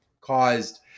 caused –